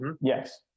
Yes